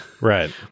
right